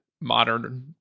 modern